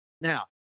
Now